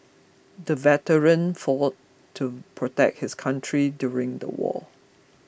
the veteran fought to protect his country during the war